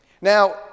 Now